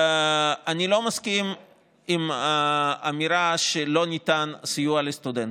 אני לא מסכים לאמירה שלא ניתן סיוע לסטודנטים.